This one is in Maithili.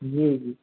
जी जी